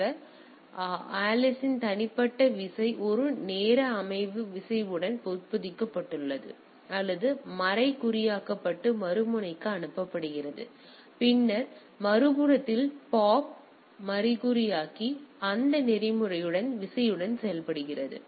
எனவே ஆலிஸின் தனிப்பட்ட விசை ஒரு நேர அமர்வு விசையுடன் உட்பொதிக்கப்பட்டுள்ளது அல்லது மறைகுறியாக்கப்பட்டு மறுமுனைக்கு அனுப்பப்படுகிறது பின்னர் மறுபுறத்தில் பாப் அதை மறைகுறியாக்கி அந்த நெறிமுறையுடன் விசையுடன் செயல்படுகிறது